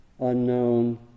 unknown